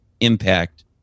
impact